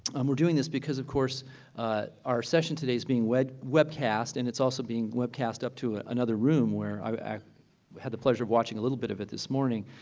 um we're doing this because of course our session today is being webcast and it's also being webcast up to ah another room where i had the pleasure of watching a little bit of it this morning.